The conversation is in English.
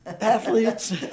athletes